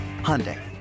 Hyundai